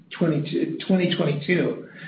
2022